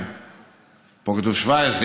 פה כתוב 2017,